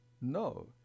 No